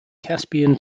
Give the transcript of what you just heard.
caspian